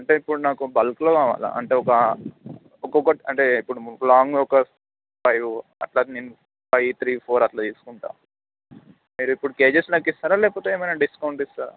అంటే ఇప్పుడు నాకు బల్క్లో కావాలి అంటే ఒక ఒక్కొక్కటి అంటే ఇప్పుడు లాంగ్ ఒక ఫైవ్ అట్లా నేను ఫైవ్ త్రీ ఫోర్ అట్లా తీసుకుంటాను మీరు ఇప్పుడు కేజీస్ లెక్క ఇస్తారా లేకపోతే ఏమైనా డిస్కౌంట్ ఇస్తారా